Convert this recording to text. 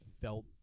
felt